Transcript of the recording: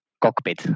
cockpit